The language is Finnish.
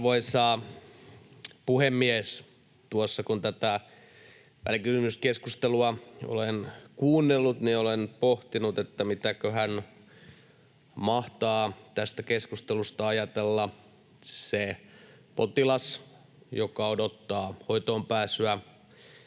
Arvoisa puhemies! Tuossa kun tätä välikysymyskeskustelua olen kuunnellut, niin olen pohtinut, että mitäköhän mahtaa tästä keskustelusta ajatella se potilas, joka odottaa hoitoonpääsyä,